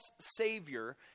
savior